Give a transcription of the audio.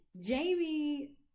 Jamie